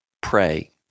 pray